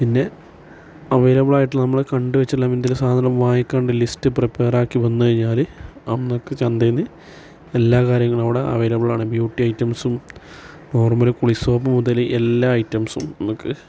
പിന്നെ അവൈലബിളായിട്ട് നമ്മള് കണ്ട് വെച്ചിട്ടുള്ള എന്തേലും സാധനം വാങ്ങിക്കണ്ട ലിസ്റ്റ് പ്രീപെയർ ആക്കി വന്ന് കഴിഞ്ഞാല് ആ നമുക്ക് ചന്തയിൽ നിന്ന് എല്ലാ കാര്യങ്ങളും അവിടെ അവൈലബിളാണ് ബ്യുട്ടി ഐറ്റംസും നോർമ്മല് കുളി സോപ്പ് മുതല് എല്ലാം ഐറ്റംസും നമുക്ക്